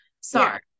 Sorry